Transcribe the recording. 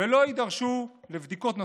ולא יידרשו לבדיקות נוספות,